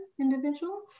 individual